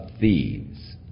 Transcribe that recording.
thieves